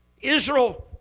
Israel